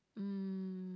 mm